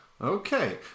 Okay